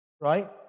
Right